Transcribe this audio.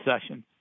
session